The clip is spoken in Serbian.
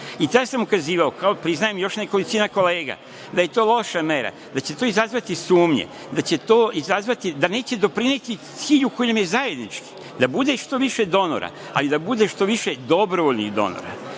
Tada sam ukazivao, priznajem, još nekolicina kolega, da je to loša mera, da će to izazvati sumnje, da će to izazvati i da neće doprineti cilju koji nam je zajednički, da bude što više donora, ali da bude što više dobrovoljnih donora,